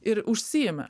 ir užsiėmi